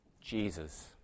Jesus